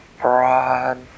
broad